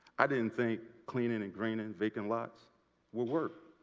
i didn't think cleaning and greening vacant lots would work.